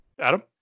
Adam